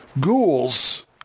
ghouls